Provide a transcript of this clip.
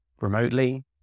remotely